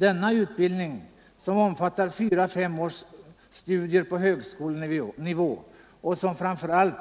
Denna utbildning, som omfattar fyra-fem års studier på högskolenivå och som framför allt